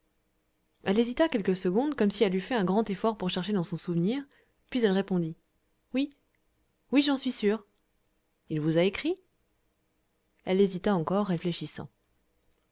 elle hésita quelques secondes comme si elle eût fait un grand effort pour chercher dans son souvenir puis elle répondit oui oui j'en suis sûre il vous a écrit elle hésita encore réfléchissant